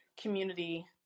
community